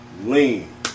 lean